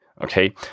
okay